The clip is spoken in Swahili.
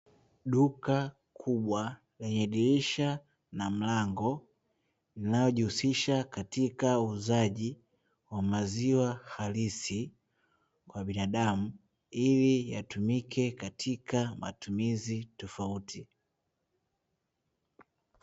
Duka kubwa lenye dirisha na mlango linalojihusisha katika uuzaji wa maziwa halisi kwa binadamu, ili yatumike katika matumizi tofauti.